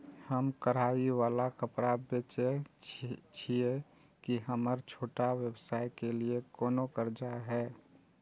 हम कढ़ाई वाला कपड़ा बेचय छिये, की हमर छोटा व्यवसाय के लिये कोनो कर्जा है?